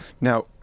Now